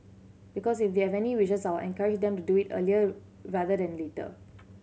because if they have any wishes I'll encourage them to do it earlier rather than later